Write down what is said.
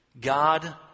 God